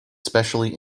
specially